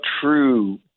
true